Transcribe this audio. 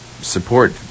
support